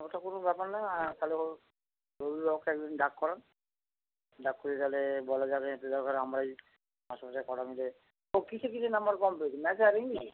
ওটা কোনো ব্যাপার নয় তাহলে ওর অভিভাবককে এক দিন ডাক করান ডাক করিয়ে তাহালে বলা যাবে যদি দরকার হয় আমরাই মাস্টারমশাই কটা মিলে ও কিসে কিসে নম্বর কম পেয়েছে ম্যাথে আর ইংলিশ